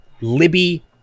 Libby